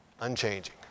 unchanging